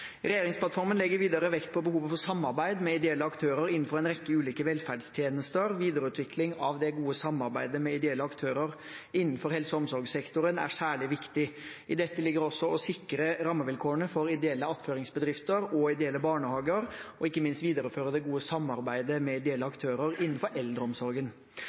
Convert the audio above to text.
Regjeringsplattformen legger videre vekt på behovet for samarbeid med ideelle aktører innenfor en rekke ulike velferdstjenester. Videreutvikling av det gode samarbeidet med ideelle aktører innenfor helse- og omsorgssektoren er særlig viktig. I dette ligger også å sikre rammevilkårene for ideelle attføringsbedrifter og ideelle barnehager, og ikke minst å videreføre det gode samarbeidet med ideelle aktører innenfor eldreomsorgen.